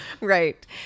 Right